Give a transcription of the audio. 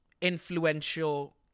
influential